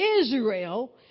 Israel